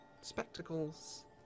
spectacles